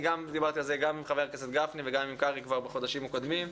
דיברתי על זה עם ח"כ גפני וח"כ קרעי בחודשים הקודמים,